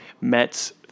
mets